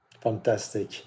Fantastic